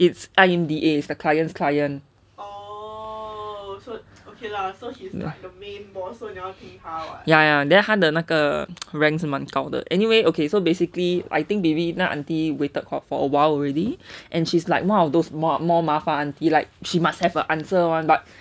it's I_M_D_A is the client's client so ya ya then 他的 那个 rank 是蛮高的 anyway okay so basically I think maybe 那个 auntie waited for awhile already and she's like one of those more more 麻烦 auntie like she must have a answer [one] but